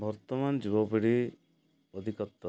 ବର୍ତ୍ତମାନ ଯୁବପିଢ଼ି ଅଧିକ